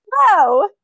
Hello